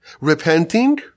Repenting